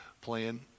plan